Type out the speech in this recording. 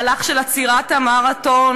מהלך של עצירת המרתון,